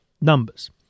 numbers